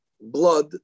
blood